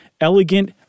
elegant